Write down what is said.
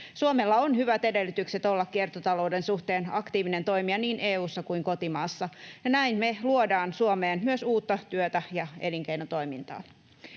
Suomella on hyvät edellytykset olla kiertotalouden suhteen aktiivinen toimija niin EU:ssa kuin kotimaassa, ja näin me luodaan Suomeen myös uutta työtä ja elinkeinotoimintaa.